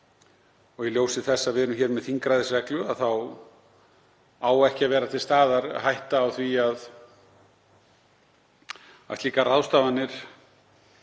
Í ljósi þess að við erum með þingræðisreglu á ekki að vera til staðar hætta á því að slíkar ráðstafanir